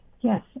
Yes